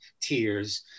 tears